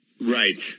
Right